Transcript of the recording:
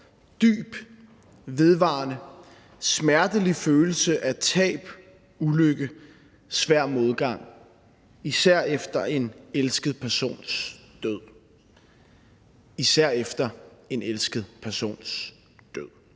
»Dyb, vedvarende, smertelig følelse af tab, ulykke, svær modgang el.lign., især efter en elsket persons død.«